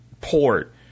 port